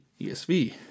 ESV